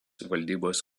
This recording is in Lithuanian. valdybos